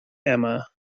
emma